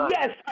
Yes